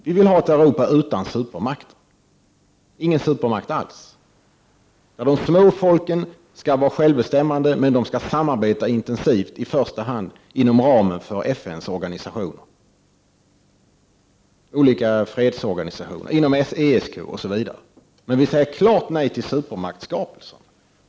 Vi vill ha ett Europa utan supermakter —- ingen supermakt alls. De små folken skall vara självbestämmande, men samarbeta intensivt i första hand inom ramen för FN:s organisationer, olika fredsorganisationer, ESK osv., men vi säger klart nej till supermaktsskapelser.